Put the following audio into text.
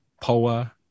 poa